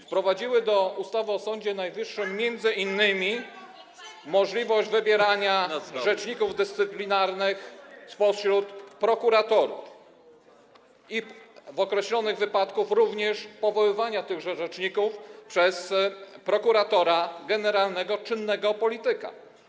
wprowadziły do ustawy o Sądzie Najwyższym m.in. możliwość wybierania rzeczników dyscyplinarnych spośród prokuratorów, w określonych wypadkach również powoływania tychże rzeczników przez prokuratora generalnego, czynnego polityka.